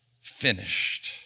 finished